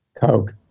Coke